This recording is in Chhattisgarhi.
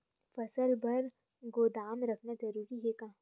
फसल बर गोदाम रखना जरूरी हे का?